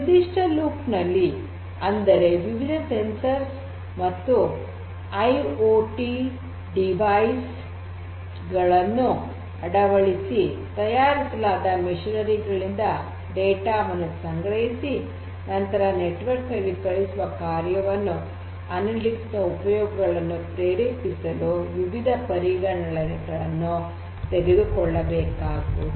ನಿರ್ಧಿಷ್ಟ ಲೂಪ್ ನಲ್ಲಿ ಅಂದರೆ ವಿವಿಧ ಸಂವೇದಕಗಳನ್ನು ಮತ್ತು ಐ ಓ ಟಿ ಸಾಧನಗಳನ್ನು ಅಡವಳಿಸಿ ತಯಾರಿಸಲಾದ ಯಂತ್ರೋಪಕರಣಗಳಿಂದ ಡೇಟಾ ವನ್ನು ಸಂಗ್ರಹಿಸಿ ನಂತರ ನೆಟ್ವರ್ಕ್ ನಲ್ಲಿ ಕಳುಹಿಸುವ ಕಾರ್ಯದಲ್ಲಿ ಅನಲಿಟಿಕ್ಸ್ ನ ಉಪಯೋಗಗಳನ್ನು ಪ್ರೇರೇಪಿಸಲು ವಿವಿಧ ಪರಿಗಣನೆಗಳನ್ನು ತೆಗೆದುಕೊಳ್ಳಬೇಕಾಗುವುದು